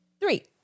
Three